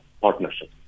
partnership